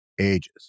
ages